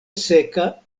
seka